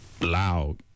loud